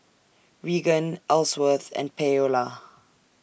Reagan Elsworth and Paola